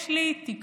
יש לי תקווה,